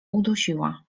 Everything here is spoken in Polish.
udusiła